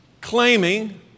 claiming